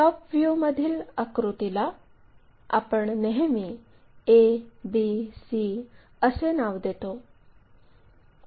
top व्ह्यूमधील आकृतीला आपण नेहमी a b c असे नाव देतो